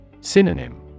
Synonym